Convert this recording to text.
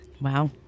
Wow